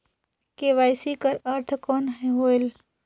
KYC कर अर्थ कौन होएल?